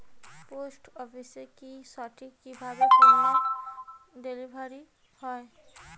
Post অফিসে কি সঠিক কিভাবে পন্য ডেলিভারি হয়?